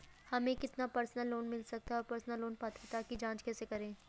हमें कितना personal loan मिल सकता है और पर्सनल लोन पात्रता की जांच कैसे करें?